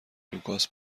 لوکاس